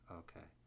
okay